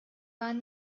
waren